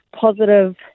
positive